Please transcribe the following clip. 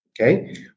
okay